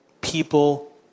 people